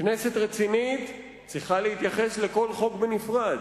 כנסת רצינית צריכה להתייחס לכל חוק בנפרד.